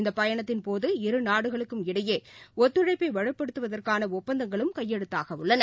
இந்தபயணத்தின்போது நாடுகளுக்கும் இரு இடையேஒத்துழைப்பவலுப்படுத்துவதற்கானஒப்பந்தங்களும் கையெழுத்தாகவுள்ளன